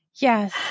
Yes